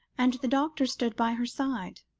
and the doctor stood by her side.